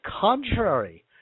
contrary